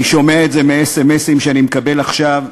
אני שומע את זה מסמ"מסים שאני מקבל עכשיו,